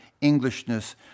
Englishness